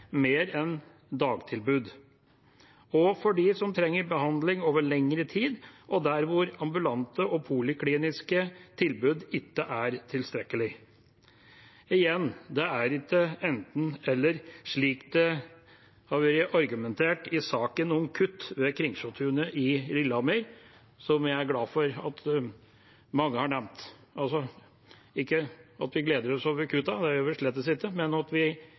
mer enn dagtilbud, og for dem som trenger behandling over lengre tid, og der hvor ambulante og polikliniske tilbud ikke er tilstrekkelig. Igjen: Det er ikke enten–eller, slik det har blitt argumentert med i saken om kutt ved Kringsjåtunet i Lillehammer, som jeg er glad for at mange har nevnt – ikke at vi gleder oss over kutta, det gjør vi slett ikke, men over at